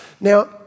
Now